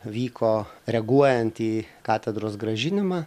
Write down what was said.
vyko reaguojant į katedros grąžinimą